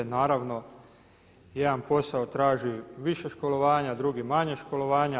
Naravno jedan posao traži više školovanja, drugi manje školovanja.